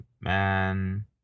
man